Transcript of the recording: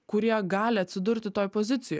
kurie gali atsidurti toj pozicijoj